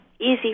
easy